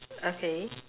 okay